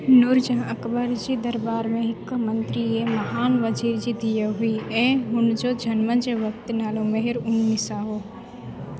नूरजहाँ अकबर जी दरॿार में हिकु मंत्री ऐं महान वज़ीर जी धीउ हुई ऐं हुनजो जनमु जे वक्तु नालो मेहरुनिसा हो